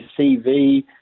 CV